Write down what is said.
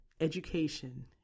education